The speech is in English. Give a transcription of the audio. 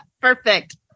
Perfect